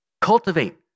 cultivate